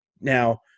now